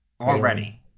already